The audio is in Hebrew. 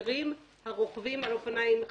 בגלל זה, לשמחתי, אני לא עורך דין בענייני תחבורה,